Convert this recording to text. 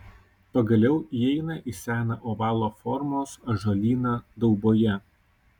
pagaliau įeina į seną ovalo formos ąžuolyną dauboje